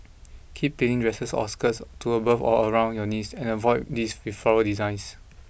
keep pleating dresses or skirts to above or around your knees and avoid these with floral designs